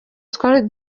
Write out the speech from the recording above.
twari